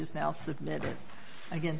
is now submitted again